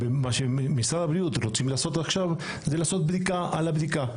מה שמשרד הבריאות רוצים לעשות עכשיו זה לעשות בדיקה על הבדיקה.